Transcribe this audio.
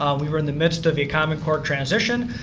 um we are in the midst of a common core transition,